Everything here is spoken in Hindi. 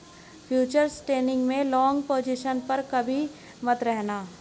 फ्यूचर्स ट्रेडिंग में लॉन्ग पोजिशन पर कभी मत रहना